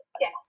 yes